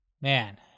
Man